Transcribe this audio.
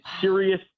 serious